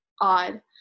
odd